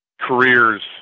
careers